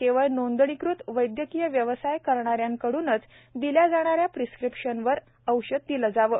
केवळ नोंदणीकृत वैद्यकीय व्यवसाय करणाऱ्याकडूनच दिल्या जाणाऱ्या प्रिस्क्रिप्शनवर सदर औषध दिले जावे